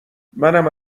منم